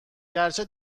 اگرچه